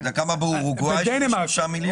אתה יודע כמה באורוגוואי של 3 מיליון?